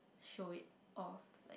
show it off